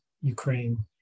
Ukraine